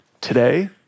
Today